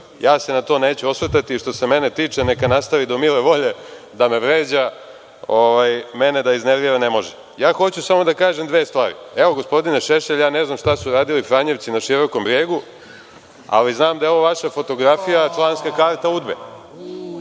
Ja se na to neću osvrtati i što se mene tiče neka nastavi do mile volje da me vređa. Mene da iznervira ne može. Hoću samo da kažem dve stvari. Gospodine Šešelj, ne znam šta su radili Franjevci na Širokom Bregu, ali znam da je ovo vaša fotografija, članska karta UDBA.